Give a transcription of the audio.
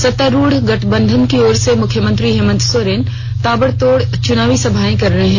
सत्तारूढ़ गठबंधन की ओर से मुख्यमंत्री हेमंत सोरेन ताबड़तोड़ चुनावी सभाएं कर रहे हैं